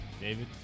David